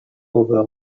ober